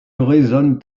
résonnent